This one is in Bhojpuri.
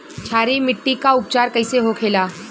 क्षारीय मिट्टी का उपचार कैसे होखे ला?